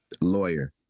lawyer